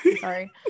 Sorry